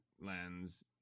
lens